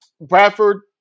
Bradford